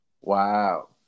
Wow